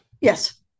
Yes